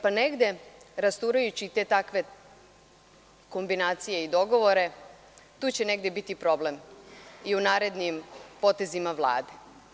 Negde rasturajući te takve kombinacije i dogovore tu će negde biti problem i u narednim potezima Vlade.